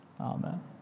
Amen